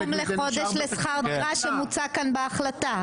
סכום לחודש לשכר דירה כפי שמוצע כאן בהחלטה.